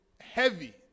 heavy